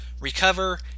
recover